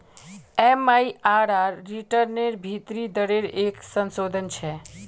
MIRR रिटर्नेर भीतरी दरेर एक संशोधन छे